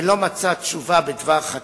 ולא מצא לה תשובה בדבר חקיקה,